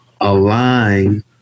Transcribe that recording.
align